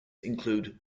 include